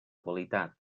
qualitat